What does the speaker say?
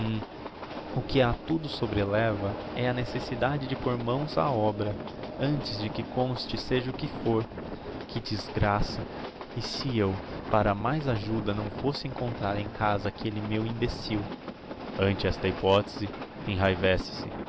o que a tudo sobreleva é a necessidade de por mãos á obra antes de que conste seja o que fôr que desgraça e se eu para mais ajuda não fosse encontrar em casa aquelle meu imbecil ante esta hypothese